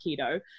keto